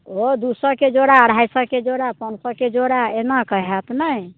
ओ दू सएके जोड़ा अढ़ाइ सएके जोड़ा पाँच सएके जोड़ा एनाकऽ हैत ने